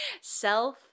Self-